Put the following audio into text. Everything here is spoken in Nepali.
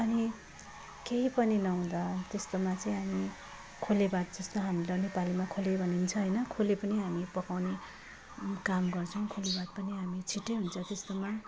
अनि केही पनि नहुँदा त्यस्तोमा चाहिँ हामी खोले भात जस्तो हाम्रो नेपालीमा खोले भनिन्छ हैन खोले पनि हामी पकाउने काम गर्छौँ खोले भात पनि हामी छिटै हुन्छ त्यस्तोमा